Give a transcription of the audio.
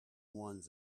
ones